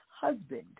husband